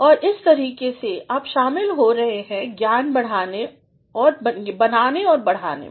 और इस तरीके से आप शामिल हो रहे हैं ज्ञान बनाने और बढ़ाने में